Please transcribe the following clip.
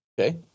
Okay